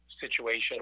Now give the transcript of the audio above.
situation